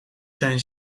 zijn